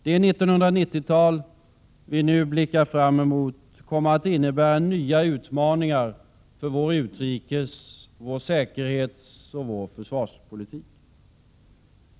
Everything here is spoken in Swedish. Det 1990-tal som vi nu blickar fram mot kommer att innebära nya utmaningar för vår utrikes-, vår säkerhetsoch vår försvarspolitik.